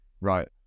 Right